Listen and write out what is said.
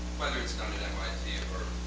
whether it's done at mit, or